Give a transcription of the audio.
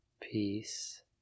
Peace